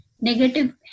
negative